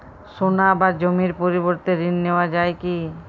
সোনা বা জমির পরিবর্তে ঋণ নেওয়া যায় কী?